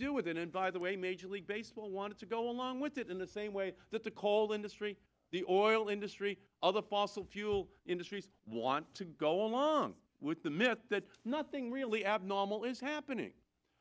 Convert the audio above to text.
do with an invite the way major league baseball wanted to go along with it in the same way that the coal industry the oil industry other fossil fuel industries want to go along with the myth that nothing really abnormal is happening